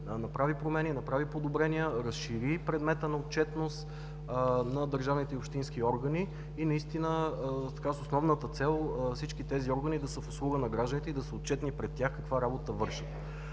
направи промени, направи подобрения, разшири предмета на отчетност на държавните и общински органи, с основната цел тези органи да са в услуга на гражданите и да са отчетни пред тях каква работа вършат.